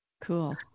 Cool